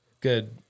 good